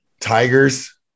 Tigers